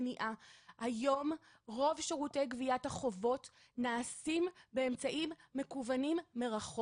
הרשויות המקומיות לא נהנות מממשל זמין.